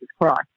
Christ